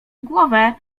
głowę